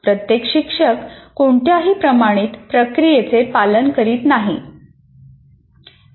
बरेच शिक्षक कोणत्याही प्रमाणित प्रक्रियेचे पालन करीत नाहीत